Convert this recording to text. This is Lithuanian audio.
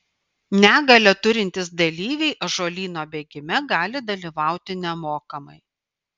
negalią turintys dalyviai ąžuolyno bėgime gali dalyvauti nemokamai